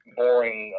boring